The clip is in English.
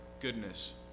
goodness